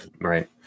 right